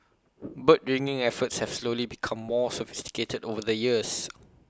bird ringing efforts have slowly become more sophisticated over the years